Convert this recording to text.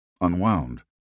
unwound